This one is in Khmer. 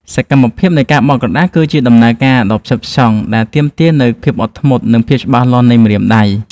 សកម្មភាពនៃការបត់ក្រដាស គឺជាដំណើរការដ៏ផ្ចិតផ្ចង់ដែលទាមទារនូវភាពអត់ធ្មត់ និងភាពច្បាស់លាស់នៃម្រាមដៃ។